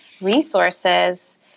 resources